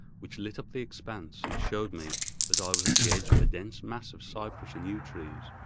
which lit up the expanse, and showed me that i was at the edge of a dense mass of cypress and yew trees.